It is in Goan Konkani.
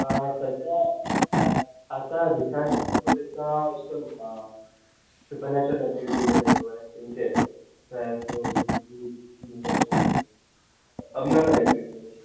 आं हय सद्द्या आतां रिसंट बूक बरयता तो हांव एशें कोन्न सुपरनॅचरल एक्टिविटीज जाताय पय तेंचेर कळ्ळें सो एशें कोन सो अबनोर्मल एक्टिविटी जाता